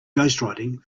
ghostwriting